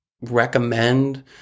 recommend